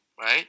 Right